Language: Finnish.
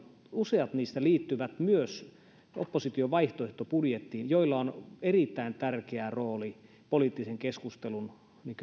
useat niistä liittyvät myös opposition vaihtoehtobudjetteihin joilla on erittäin tärkeä rooli poliittisen keskustelun